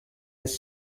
his